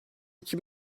iki